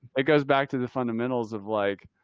it goes back to the fundamentals of like,